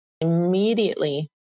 immediately